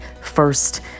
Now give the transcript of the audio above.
first